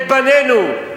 את בנינו,